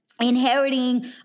inheriting